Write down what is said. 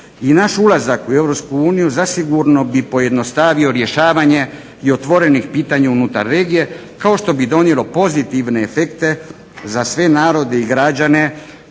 I naš ulazak u EU zasigurno bi pojednostavio rješavanje i otvorenih pitanja unutar regije kao što bi donijelo pozitivne efekte za sve narode i građane